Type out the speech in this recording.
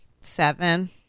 seven